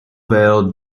vale